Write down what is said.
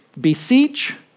beseech